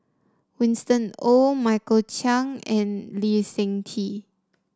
Winston Oh Michael Chiang and Lee Seng Tee